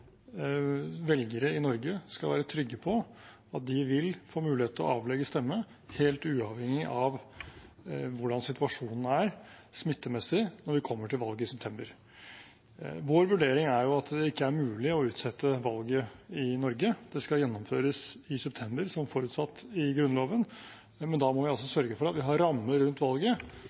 velgere i Norge skal være trygge på at de vil få mulighet til å avlegge stemme, helt uavhengig av hvordan situasjonen er smittemessig når vi kommer til valget i september. Vår vurdering er at det ikke er mulig å utsette valget i Norge. Det skal gjennomføres i september, som forutsatt i Grunnloven, men da må vi altså sørge for at vi har rammer som gjør at valget